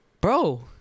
bro